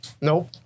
Nope